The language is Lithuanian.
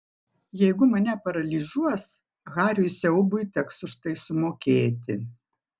jeigu mane paralyžiuos hariui siaubui teks už tai sumokėti